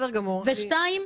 ודבר שני,